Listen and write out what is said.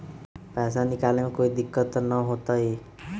पैसा निकाले में कोई दिक्कत त न होतई?